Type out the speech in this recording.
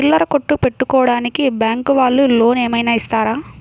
చిల్లర కొట్టు పెట్టుకోడానికి బ్యాంకు వాళ్ళు లోన్ ఏమైనా ఇస్తారా?